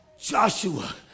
Joshua